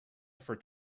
for